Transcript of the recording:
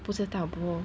不知道 bro